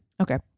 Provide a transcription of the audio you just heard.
okay